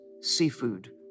seafood